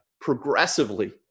progressively